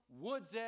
Woods